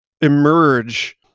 emerge